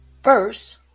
First